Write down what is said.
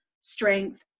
strength